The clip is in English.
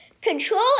Control